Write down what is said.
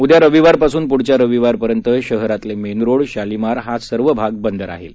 उदया रविवार पासून पुढच्या रविवार पर्यंत शहरातील मेन रोड शालिमार हा सर्व भाग बंद राहणार आहे